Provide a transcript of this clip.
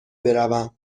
بروم